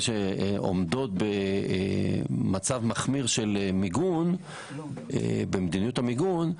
שעומדות במצב מחמיר של מדיניות המיגון,